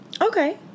Okay